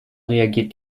reagiert